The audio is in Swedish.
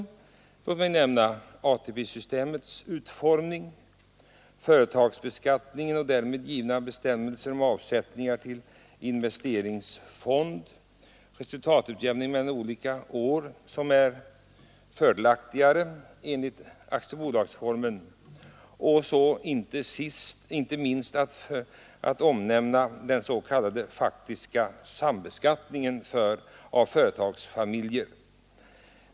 Låt mig nämna ATP-systemets utformning, företagsbeskattningen och därmed givna bestämmelser om avsättningar till investeringsfond, resultatutjämning mellan olika år som är fördelaktigare enligt aktiebolagsformen och inte minst den s.k. faktiska sambeskattningen av företagarfamiljer.